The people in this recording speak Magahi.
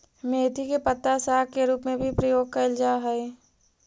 मेथी के पत्ता साग के रूप में भी प्रयोग कैल जा हइ